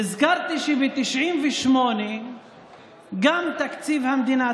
נזכרתי שב-1998 גם תקציב המדינה,